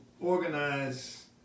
organize